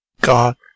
God